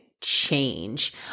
change